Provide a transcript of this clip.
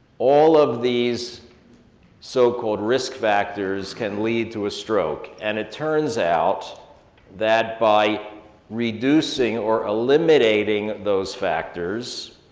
all of these so-called risk factors can lead to a stroke. and it turns out that by reducing or eliminating those factors,